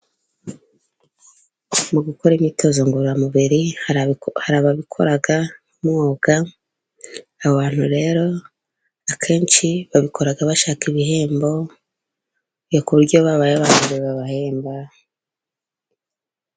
Mu gukora imyitozo ngororamubiri hari ababikora nkumwuga. Abantu rero akenshi babikora bashaka ibihembo, ku buryo iyo babaye aba mbere babahemba.